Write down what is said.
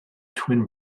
twin